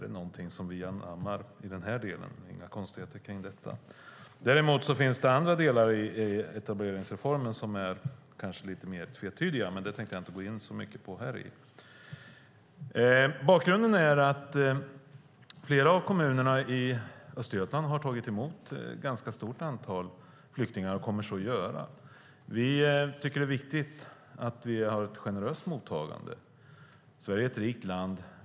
Det är någonting som vi anammar i den här delen. Det är inga konstigheter kring detta. Däremot finns det andra delar i etableringsreformen som kanske är lite mer tvetydiga, men det tänker jag inte gå in så mycket på här. Bakgrunden är att flera av kommunerna i Östergötland har tagit emot ett ganska stort antal flyktingar och kommer så att göra. Vi tycker att det är viktigt att vi har ett generöst mottagande. Sverige är ett rikt land.